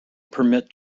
permit